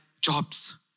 jobs